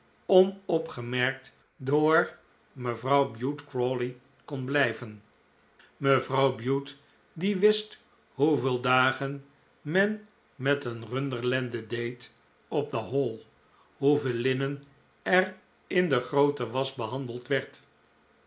onopgemerkt door mevrouw bute crawley kon blijven mevrouw bute die wist hoeveel dagen men met een runderlende deed op de hall hoeveel linnen er in de groote wasch behandeld werd